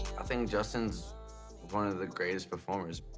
think justin's one of the greatest performers.